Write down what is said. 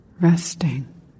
resting